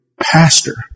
pastor